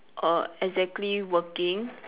err exactly working